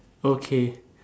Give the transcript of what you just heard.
okay